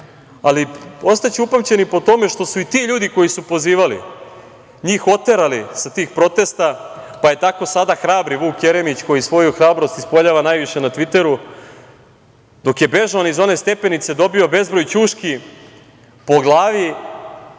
ali ostaće upamćeni i po tome što su i ti ljudi koji su pozivali, njih oterali sa tih protesta, pa je tako sada hrabri Vuk Jeremić, koji svoju hrabrost ispoljava najviše na tviteru, dok je bežao niz one stepenice, dobio bezbroj ćuški po glavi,